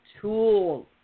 tools